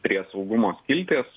prie saugumo skilties